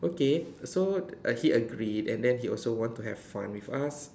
okay so like he agreed and then he also want to have fun with us